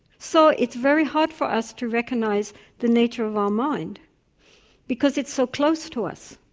so it's very hard for us to recognise the nature of our mind because it's so close to us.